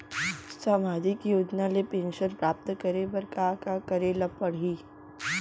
सामाजिक योजना ले पेंशन प्राप्त करे बर का का करे ल पड़ही?